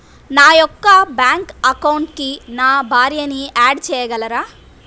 నా యొక్క బ్యాంక్ అకౌంట్కి నా భార్యని యాడ్ చేయగలరా?